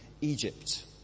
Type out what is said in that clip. Egypt